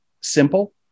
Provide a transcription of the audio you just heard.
simple